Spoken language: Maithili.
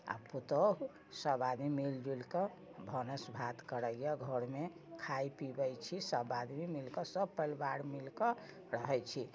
आ पुतहु सब आदमी मिल जुलि कऽ भानस भात करैया घरमे खाय पिबैत छी सब आदमी मिल कऽ सब पलिवार मिल कऽ रहैत छी